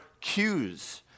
cues